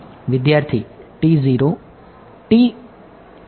વિદ્યાર્થી T 0